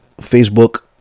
facebook